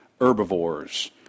herbivores